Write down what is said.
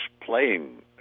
playing